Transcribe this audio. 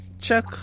check